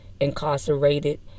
incarcerated